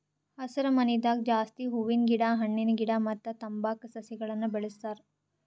ಹಸರಮನಿದಾಗ ಜಾಸ್ತಿ ಹೂವಿನ ಗಿಡ ಹಣ್ಣಿನ ಗಿಡ ಮತ್ತ್ ತಂಬಾಕ್ ಸಸಿಗಳನ್ನ್ ಬೆಳಸ್ತಾರ್